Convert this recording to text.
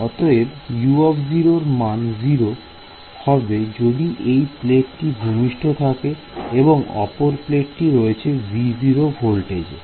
অতএব U র মান 0 হবে যদি ওই প্লেটটি ভূমিষ্ঠ থাকে এবং অপর প্লেটটি রয়েছে V0 ভোল্টেজে